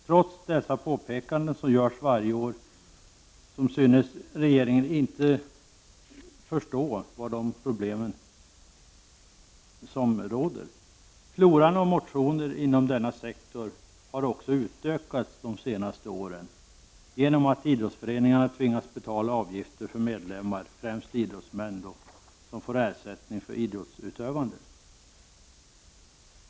Trots de påpekanden som görs varje år synes regeringen inte förstå de problem som råder. Floran av motioner inom denna sektor har också utökats de senaste åren genom att idrottsföreningarna tvingas betala avgifter för medlemmar, främst idrottsmän, som får ersättning för idrottsutövande.